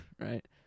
right